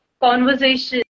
conversation